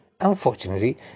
Unfortunately